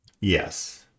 Yes